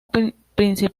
principalmente